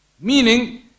Meaning